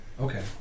Okay